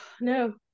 no